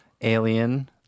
Alien